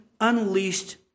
unleashed